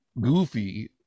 goofy